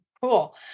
Cool